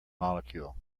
molecule